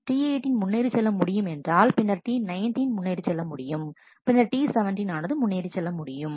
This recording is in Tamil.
T18 முன்னேறிச் செல்ல முடியும் என்றால் பின்னர்T19 முன்னேறிச் செல்ல முடியும் பின்னர் T17 ஆனது முன்னேறிச் செல்ல முடியும்